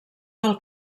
del